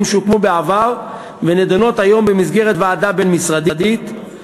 שהוקמו בעבר ונדונות היום במסגרת ועדה בין-משרדית,